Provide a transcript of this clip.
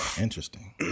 Interesting